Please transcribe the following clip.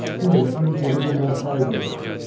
there things were a little more favourable.